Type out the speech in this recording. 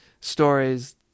stories